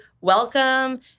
welcome